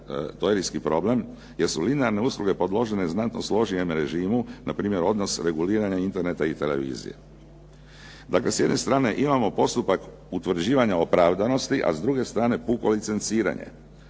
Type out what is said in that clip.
samo teorijski problem, jer su linearne usluge podložene znatno …/Govornik se ne razumije./… režimu npr. odnos reguliranja Interneta i televizije. Dakle s jedne strane imamo postupak utvrđivanja opravdanosti, a s druge strane puko licenciranje.